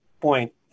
point